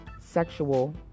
sexual